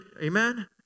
amen